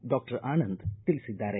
doctor Ananda ತಿಳಿಸಿದ್ದಾರೆ